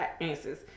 answers